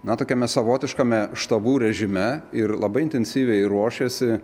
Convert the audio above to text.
na tokiame savotiškame štabų režime ir labai intensyviai ruošėsi